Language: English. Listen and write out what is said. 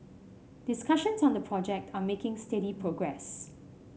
discussions on the project are making steady progress